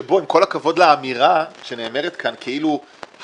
שבו עם כל הכבוד לאמירה שנאמרת כאן כאילו הרעיון